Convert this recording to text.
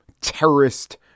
terrorist